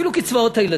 אפילו קצבאות הילדים.